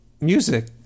Music